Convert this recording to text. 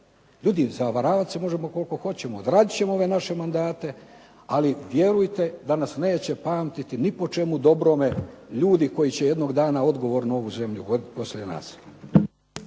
Ljudi zavaravati se možemo koliko hoćemo, odradit ćemo ove naše mandate ali vjerujte da nas neće pamtiti ni po čemu dobrome ljudi koji će jednog dana odgovorno ovu zemlju voditi poslije nas.